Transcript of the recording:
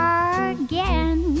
again